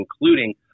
including